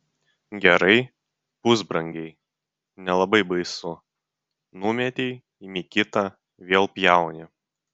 gerai pusbrangiai nelabai baisu numetei imi kitą vėl pjauni